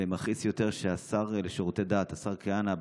ומכעיס יותר שהשר לשירותי דת, השר כהנא,